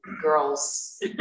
girls